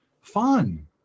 fun